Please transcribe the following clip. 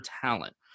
talent